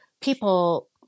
people